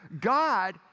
God